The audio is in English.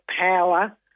power